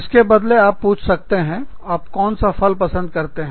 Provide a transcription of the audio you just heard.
इसके बदले आप पूछ सकते हैं आप कौन सा फल पसंद करते हैं